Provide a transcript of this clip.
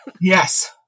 Yes